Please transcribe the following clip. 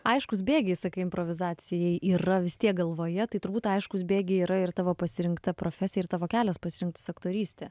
aiškūs bėgiai įsakai improvizacijai yra vis tiek galvoje tai turbūt aiškūs bėgiai yra ir tavo pasirinkta profesija ir tavo kelias pasirinktas aktorystė